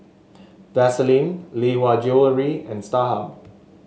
Vaseline Lee Hwa Jewellery and Starhub